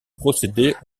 procédés